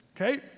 okay